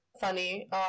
funny